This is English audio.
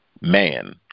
man